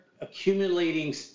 accumulating